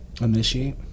initiate